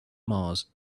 mars